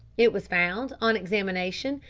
it was found, on examination,